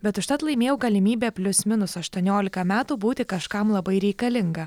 bet užtat laimėjau galimybę plius minus aštuoniolika metų būti kažkam labai reikalinga